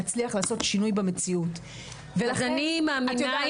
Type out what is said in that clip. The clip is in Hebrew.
נצליח לעשות שינוי במציאות ולכן --- אז אני מאמינה,